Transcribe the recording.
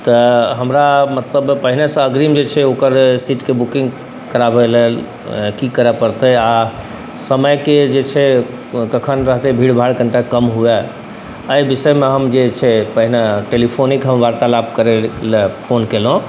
तऽ हमरा मतलब पहिनेसँ अग्रिम जे ओकर सीटके बुकिङ्ग कराबै लेल की करऽ पड़तै आओर समयके जे छै कखन रहतै भीड़भाड़ कनिटा कम हुअए एहि विषयमे हम जे छै पहिने टेलीफोनिक हम वार्तालाप करैलए फोन केलहुँ